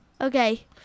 Okay